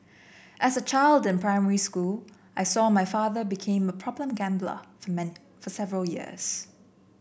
as a child in primary school I saw my father became a problem gambler for for several years